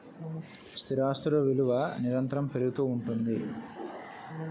స్థిరాస్తులు విలువ నిరంతరము పెరుగుతూ ఉంటుంది